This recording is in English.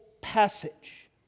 passage